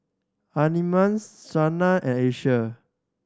Shana and Asia